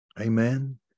amen